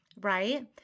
right